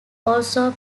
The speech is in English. also